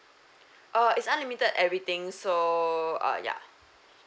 ah is unlimited everything so uh ya